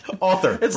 Author